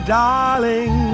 darling